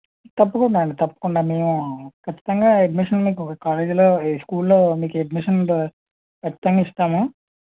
తప్పకుండా అండి తప్పకుండా మేము ఖచ్చితంగా అడ్మిషన్ మీకు కాలేజీలో ఈ స్కూల్లో మీకు అడ్మిషన్ను ఖచ్చితంగా ఇస్తాము